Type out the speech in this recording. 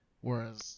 whereas